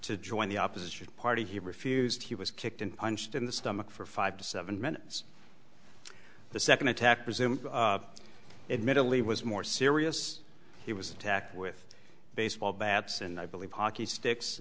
to join the opposition party he refused he was kicked and punched in the stomach for five to seven minutes the second attack presumed it mentally was more serious he was attacked with baseball bats and i believe hockey sticks